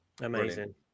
Amazing